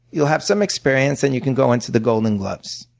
you'll have some experience and you can go into the golden gloves.